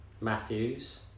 Matthews